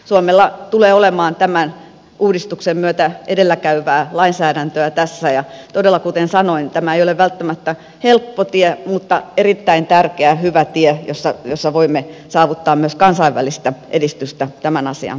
suomella tulee olemaan tämän uudistuksen myötä edelläkäyvää lainsäädäntöä tässä ja todella kuten sanoin tämä ei ole välttämättä helppo tie mutta erittäin tärkeä hyvä tie jolla voimme saavuttaa myös kansainvälistä edistystä tämän asian puitteissa